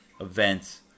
events